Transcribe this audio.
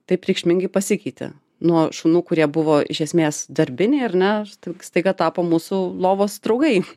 taip reikšmingai pasikeitė nuo šunų kurie buvo iš esmės darbiniai ar ne stai staiga tapo mūsų lovos draugai